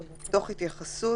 תוך התייחסות,